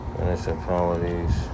municipalities